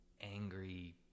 angry